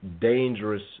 dangerous